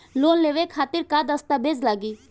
Loan लेवे खातिर का का दस्तावेज लागी?